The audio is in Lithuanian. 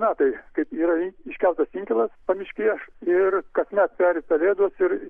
metai kaip yra iškeltas inkilas pamiškėje ir kasmet peri pelėdos ir